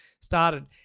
started